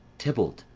tybalt,